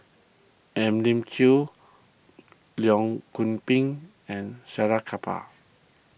Elim Chew Leong Goon Pin and Salleh Kapar